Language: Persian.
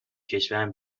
کشورم